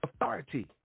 authority